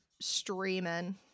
streaming